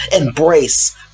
embrace